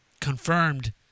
confirmed